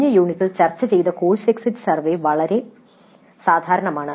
കഴിഞ്ഞ യൂണിറ്റിൽ ചർച്ചചെയ്ത കോഴ്സ് എക്സിറ്റ് സർവേ വളരെ സാധാരണമാണ്